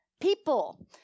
People